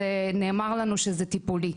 נאמר לנו שזה טיפולי.